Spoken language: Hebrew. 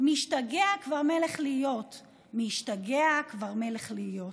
משתגע כבר מלך להיות/ משתגע כבר מלך להיות".